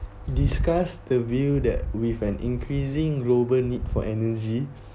discuss the view that with an increasing global need for energy